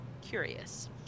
Curious